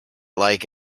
like